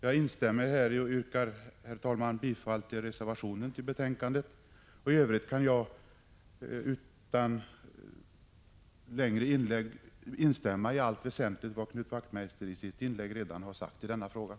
Jag instämmer häri och yrkar, herr talman, bifall till reservationen i betänkandet. I övrigt kan jag i allt väsentligt instämma i Knut Wachtmeisters anförande.